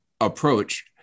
approach